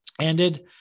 ended